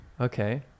Okay